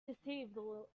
dishevelled